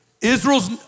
Israel's